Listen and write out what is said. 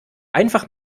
einfach